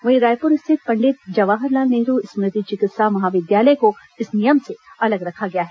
वहीं रायपुर स्थित पंडित जवाहरलाल नेहरू स्मृति चिकित्सा महाविद्यालय को इस नियम से अलग रखा गया है